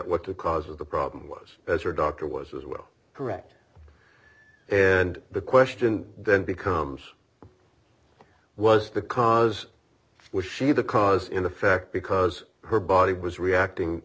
what the cause of the problem was as her doctor was as well correct and the question then becomes was the cause was she the cause in effect because her body was reacting